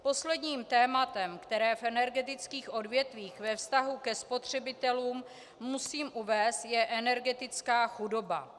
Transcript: Posledním tématem, které v energetických odvětvích ve vztahu ke spotřebitelům musím uvést, je energetická chudoba.